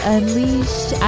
Unleashed